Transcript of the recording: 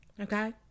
okay